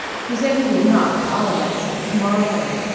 he said he would not, at all events, till to-morrow morning,